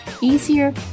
easier